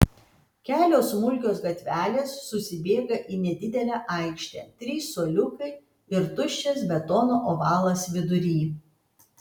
kelios smulkios gatvelės susibėga į nedidelę aikštę trys suoliukai ir tuščias betono ovalas vidury